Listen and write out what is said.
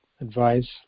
advice